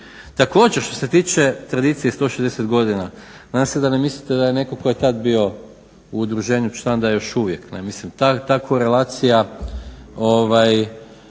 Također što se tiče tradicije 160 godina nadam se da ne mislite da je netko tko je tada bio u udruženju član da je još uvijek, mislim ta korelacija